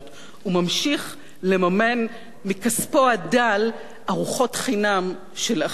הוא ממשיך לממן מכספו הדל ארוחות חינם של עשירים.